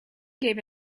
gave